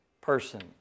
person